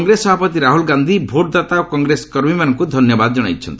କଂଗ୍ରେସ ସଭାପତି ରାହୁଲ୍ ଗାନ୍ଧି ଭୋଟ୍ଦାତା ଓ କଂଗ୍ରେସ କର୍ମୀମାନଙ୍କୁ ଧନ୍ୟବାଦ ଜଣାଇଛନ୍ତି